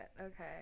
Okay